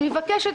אני מבקשת,